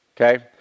Okay